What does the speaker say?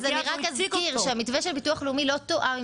אזכיר שהמתווה של הביטוח הלאומי לא תואם עם